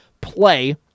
play